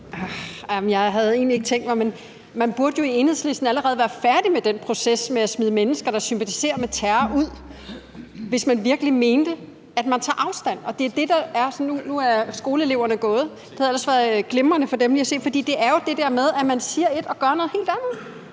Jeg havde egentlig ikke tænkt mig at sige noget, men man burde jo i Enhedslisten allerede være færdige med den proces med at smide mennesker, der sympatiserer med terror, ud, hvis man virkelig mente, at man tager afstand fra det. Nu er skoleeleverne gået, men det havde ellers været et glimrende for dem lige at se, for det er jo det der med, at man siger et og gør noget helt andet.